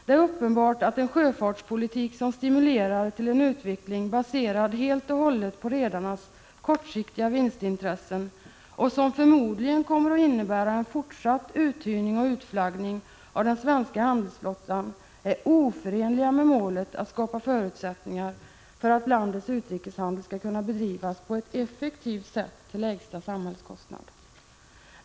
Det är uppenbart att en sjöfartspolitik som stimulerar till en utveckling helt och hållet baserad på redarnas kortsiktiga vinstintressen — som förmodligen kommer att innebära 55 en fortsatt uthyrning och utflaggning av den svenska handelsflottan — är oförenlig med målet att skapa förutsättningar för att landets utrikeshandel skall kunna bedrivas på ett effektivt sätt och till lägsta samhällskostnad.